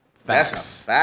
facts